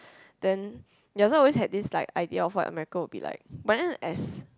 then ya so I always had this like idea of what America will be like but then as